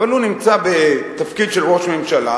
אבל הוא נמצא בתפקיד של ראש הממשלה,